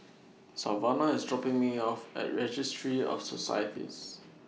Savannah IS dropping Me off At Registry of Societies